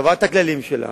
קבעה את הכללים שלה,